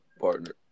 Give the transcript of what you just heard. partner